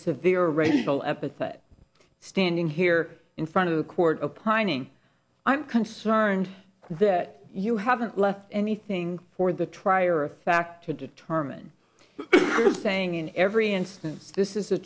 severe racial epithet standing here in front of the court opining i'm concerned that you haven't left anything for the trier of fact to determine saying in every instance this is a